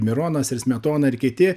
mironas ir smetona ir kiti